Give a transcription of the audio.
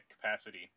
capacity